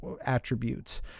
attributes